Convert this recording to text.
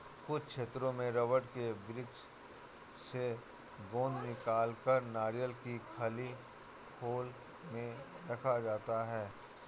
कुछ क्षेत्रों में रबड़ के वृक्ष से गोंद निकालकर नारियल की खाली खोल में रखा जाता है